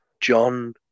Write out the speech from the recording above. John